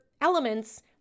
elements